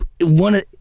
one